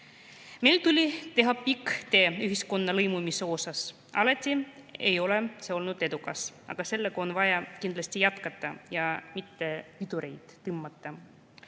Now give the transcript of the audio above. Meil tuli [ette võtta] pikk tee ühiskonna lõimumise suunas. Alati ei ole see olnud edukas, aga seda on vaja kindlasti jätkata ja mitte pidurit tõmmata.